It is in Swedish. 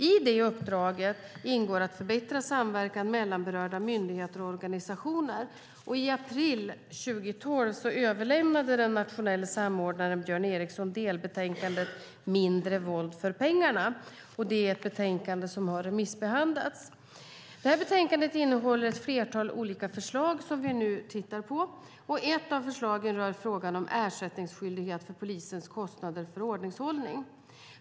I uppdraget ingår att förbättra samverkan mellan berörda myndigheter och organisationer. I april 2012 överlämnade den nationella samordnaren Björn Eriksson delbetänkandet Mindre våld för pengarna . Det betänkandet har remissbehandlats. Betänkandet innehåller ett flertal olika förslag som vi nu tittar på. Ett av förslagen rör frågan om ersättningsskyldighet för polisens kostnader för ordningshållning.